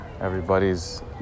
everybody's